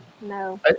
No